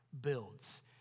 builds